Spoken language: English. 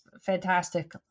fantastic